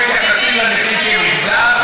אתם מתייחסים לנכים כמגזר?